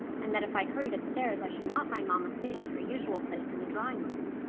and that if i hurried upstairs i should not find mamma sitting in her usual place in the drawing-room!